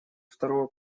второго